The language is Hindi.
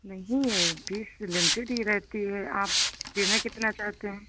नहीं फीस लिमिटेड ही रहती है आप देना कितना चाहते हैं